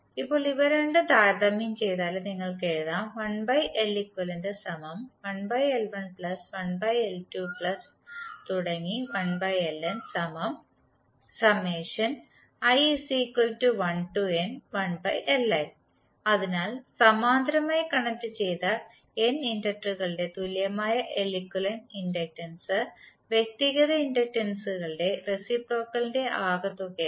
ഇപ്പോൾ ഇവ രണ്ടും താരതമ്യം ചെയ്താൽ നിങ്ങൾക്ക് എഴുതാം അതിനാൽ സമാന്തരമായി കണക്റ്റുചെയ്ത N ഇൻഡക്റ്ററുകളുടെ തുല്യമായ Leq ഇൻഡക്റ്റൻസ് വ്യക്തിഗത ഇൻഡക്റ്റൻസുകളുടെ റെസിപ്രോക്കൽന്റെ ആകെത്തുകയാണ്